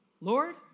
Lord